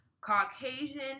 Caucasian